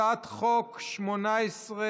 אני קובע שהצעת החוק של חברי הכנסת יעקב אשר,